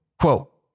quote